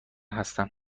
هستم